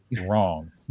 wrong